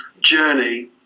journey